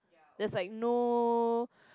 there's like no